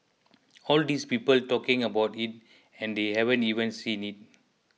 all these people talking about it and they haven't even seen it